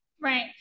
Right